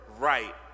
right